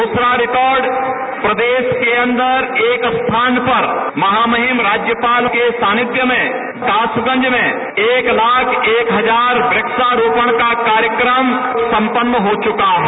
दूसरा रिकार्ड प्रदेश के अंदर एक स्थान पर महामहिम राज्यपाल के सानिध्य में कासगंज में एक लाख एक हजार वृक्षारोपण का कार्यक्रम सम्पन्न हो चुका है